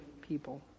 people